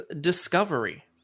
Discovery